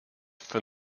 from